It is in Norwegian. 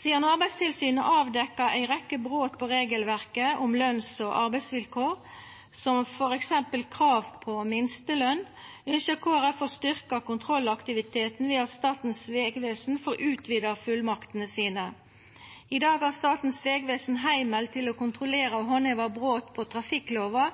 Sidan Arbeidstilsynet har avdekt ei rekkje brot på regelverket om løns- og arbeidsvilkår, som f.eks. krav på minsteløn, ynskjer Kristeleg Folkeparti å styrkja kontrollaktiviteten ved at Statens vegvesen får utvida fullmaktene sine. I dag har Statens vegvesen heimel til å kontrollera og handheva brot på vegtrafikklova,